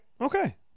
Okay